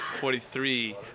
forty-three